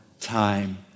time